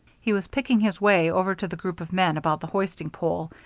he was picking his way over to the group of men about the hoisting pole,